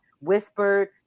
whispered